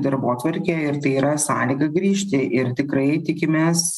darbotvarkę ir tai yra sąlyga grįžti ir tikrai tikimės